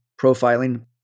profiling